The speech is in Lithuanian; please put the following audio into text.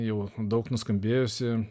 jau daug nuskambėjusi